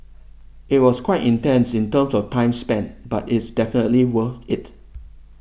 it was quite intense in terms of time spent but it's definitely worth it